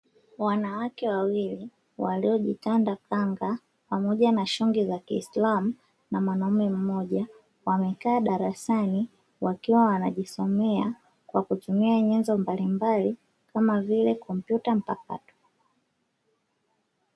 Wanawake wawili waliojitanda kanga pamoja na shungi za kiislamu na Mwanaume mmoja, wamekaa darasani wakiwa wanajisomea kwa kutumia nyenzo mbalimbali kama vile kompyuta mpakato.